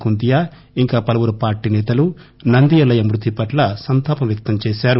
కుంతియా ఇంకా పలువురు పార్లీ నేతలు నంది ఎల్లయ్య మృతి పట్ల సంతాపం వ్యక్తం చేసారు